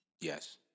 Yes